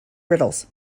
riddles